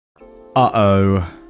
Uh-oh